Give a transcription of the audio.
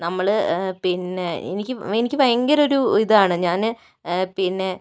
നമ്മള് പിന്നേ എനിക്ക് എനിക്ക് ഭയങ്കരൊരു ഇതാണ് ഞാന് പിന്നേ